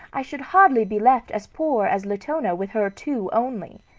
i should hardly be left as poor as latona with her two only.